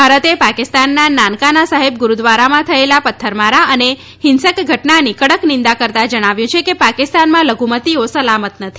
ભારતે પાકિસ્તાનના નાનકાના સાહેબ ગુરુદ્વારામાં થયેલા પત્થરમારા અને હિંસક ઘટનાની કડક નિંદા કરતાં જણાવ્યું છે કે પાકિસ્તાનમાં લઘુમતીઓ સલામત નથી